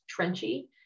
trenchy